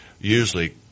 usually